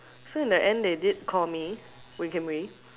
so in the end they did call me Wee-Kim-Wee